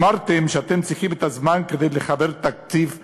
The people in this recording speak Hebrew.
אמרתם שאתם צריכים את הזמן כדי לחבר תקציב אמיץ,